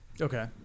Okay